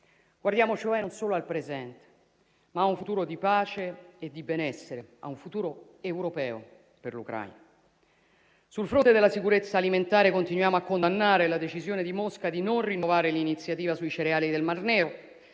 Guardiamo, cioè, non solo al presente, ma a un futuro di pace e di benessere, a un futuro europeo per l'Ucraina. Sul fronte della sicurezza alimentare continuiamo a condannare la decisione di Mosca di non rinnovare l'iniziativa sui cereali del Mar Nero